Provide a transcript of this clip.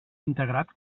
integrat